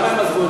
למה הם עזבו,